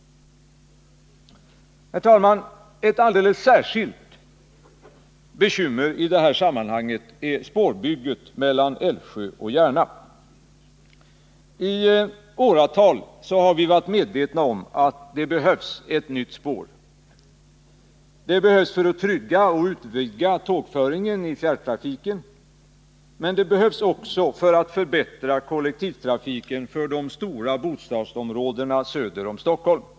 Herr talman! Ett alldeles särskilt bekymmer i det här sammanhanget är spårbygget mellan Älvsjö och Järna. I åratal har vi varit medvetna om att ett nytt spår behövs för att trygga och utvidga tågföringen i fjärrtrafiken. Men det behövs också för att förbättra kollektivtrafiken för de stora bostadsområdena söder om Stockholm.